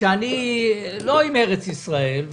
שאני לא עם ארץ ישראל,